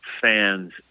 fans